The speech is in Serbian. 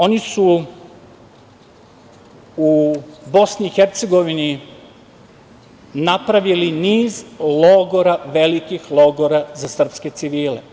Oni su u BiH napravili niz velikih logora za srpske civile.